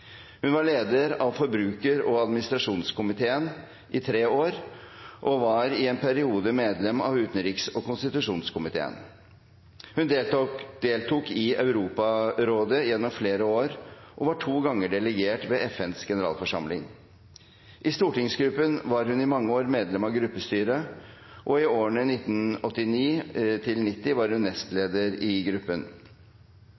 Hun var leder av forbruker- og administrasjonskomiteen i tre år og var i en periode medlem av utenriks- og konstitusjonskomiteen. Hun deltok i Europarådet gjennom flere år og var to ganger delegert ved FNs generalforsamling. I stortingsgruppen var hun i mange år medlem av gruppestyret, og i årene 1989–1990 var hun nestleder i gruppen.